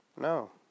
No